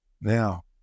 now